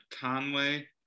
Conway